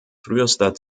frühester